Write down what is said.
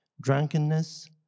drunkenness